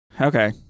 Okay